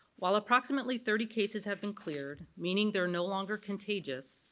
while approximately thirty cases have been cleared, meaning they're no longer contagious,